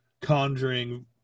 conjuring